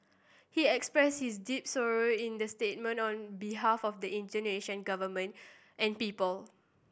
he expressed his deep sorrow in the statement on behalf of the Indonesian Government and people